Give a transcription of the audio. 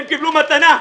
הם קיבלו מתנה.